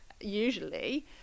usually